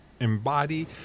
embody